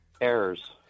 Errors